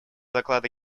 доклада